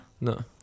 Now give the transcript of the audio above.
No